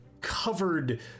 covered